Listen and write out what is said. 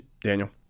Daniel